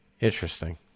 Interesting